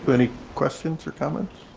but any questions or comments?